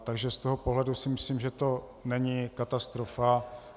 Takže z toho pohledu si myslím, že to není katastrofa.